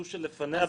זו שלפניה,